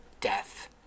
death